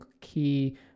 key